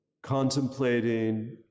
contemplating